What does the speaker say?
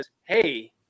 Hey